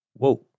Whoa